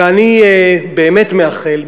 ואני באמת מאחל,